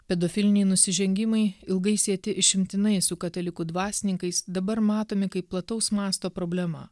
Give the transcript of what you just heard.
pedofiliniai nusižengimai ilgai sieti išimtinai su katalikų dvasininkais dabar matomi kaip plataus masto problema